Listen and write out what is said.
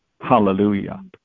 Hallelujah